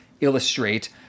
illustrate